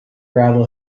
gravel